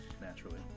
Naturally